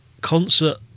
Concert